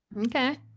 Okay